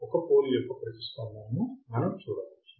ఒక పోల్ యొక్క ప్రతిస్పందనను మనం చూడవచ్చు